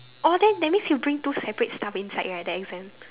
oh then that means you bring two separate stuff inside right the exam